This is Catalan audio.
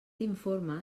informe